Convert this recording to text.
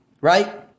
right